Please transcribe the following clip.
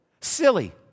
Silly